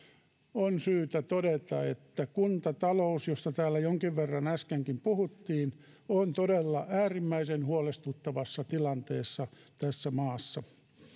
syytä todeta että kuntatalous josta täällä jonkin verran äskenkin puhuttiin on todella äärimmäisen huolestuttavassa tilanteessa tässä maassa